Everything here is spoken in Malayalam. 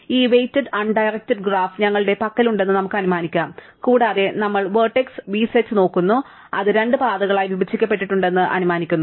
അതിനാൽ ഈ വെയ്റ്റഡ് അൺ ഡൈറെക്ടഡ് ഗ്രാഫ് ഞങ്ങളുടെ പക്കലുണ്ടെന്ന് നമുക്ക് അനുമാനിക്കാം കൂടാതെ നമ്മൾ വെർട്ടിക്സ് v സെറ്റ് നോക്കുന്നു അത് രണ്ട് പാതകളായി വിഭജിക്കപ്പെട്ടിട്ടുണ്ടെന്ന് ഞങ്ങൾ അനുമാനിക്കുന്നു